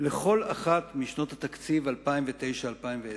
לכל אחת משנות התקציב 2009 ו-2010.